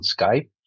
Skype